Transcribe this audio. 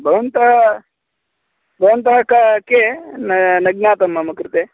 भवन्तः भवन्तः के के न ज्ञातं मम कृते